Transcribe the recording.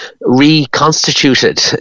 reconstituted